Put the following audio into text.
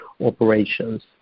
operations